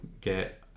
get